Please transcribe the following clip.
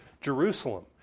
Jerusalem